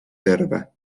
terve